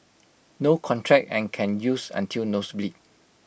no contract and can use until nose bleed